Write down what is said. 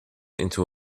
into